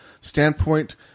standpoint